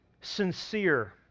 sincere